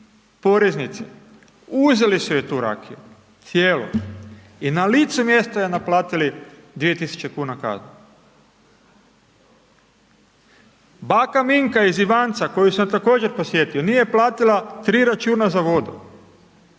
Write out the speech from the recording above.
poreznici, uzeli su joj tu rakiju, cijelu i na licu mjesta joj naplatili 2.000,00 kn kazne. Baka Minka iz Ivanca koju sam također posjetio, nije platila 3 računa za vodu,